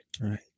right